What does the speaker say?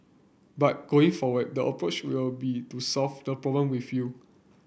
but going forward the approach will be to solve the problem with you